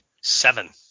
Seven